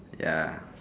ya